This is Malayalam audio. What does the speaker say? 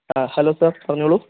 ആ ഹലോ സാർ പറഞ്ഞോളൂ